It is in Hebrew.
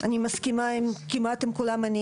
אני מסכימה כמעט עם כולם.